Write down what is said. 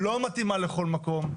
לא מתאימה לכל מקום.